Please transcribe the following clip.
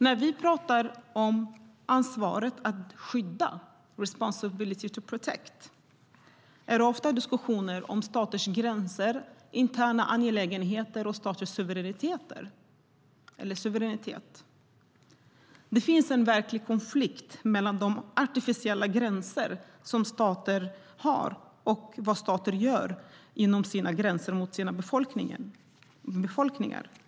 När vi pratar om ansvaret att skydda, responsibility to protect, är det ofta diskussioner om staters gränser, interna angelägenheter och suveränitet. Det finns en verklig konflikt mellan de artificiella gränser som stater har och vad stater gör mot sina befolkningar, inom sina gränser.